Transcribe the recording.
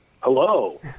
Hello